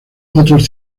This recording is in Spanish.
otros